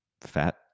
fat